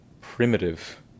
primitive